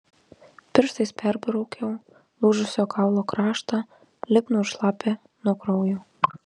pirštais perbraukiau lūžusio kaulo kraštą lipnų ir šlapią nuo kraujo